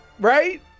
right